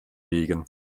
wegen